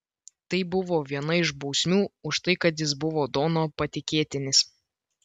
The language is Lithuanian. tai buvo viena iš bausmių už tai kad jis buvo dono patikėtinis